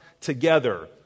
together